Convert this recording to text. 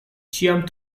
ĉiam